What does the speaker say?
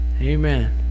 Amen